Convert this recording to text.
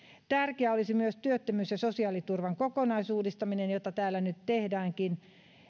tärkeää olisi myös työttömyys ja sosiaaliturvan kokonaisuudistaminen jota täällä nyt tehdäänkin